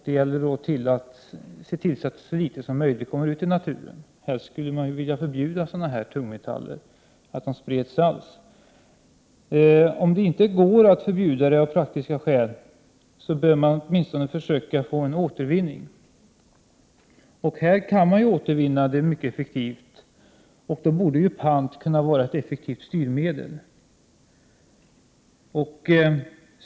Det gäller därför att se till att så litet som möjligt kommer ut i naturen. Helst skulle spridningen av sådana här tungmetaller förbjudas, men om det av praktiska skäl inte är möjligt bör en återvinning komma till stånd. Ett pantsystem borde då vara ett effektivt styrmedel.